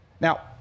Now